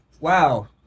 Wow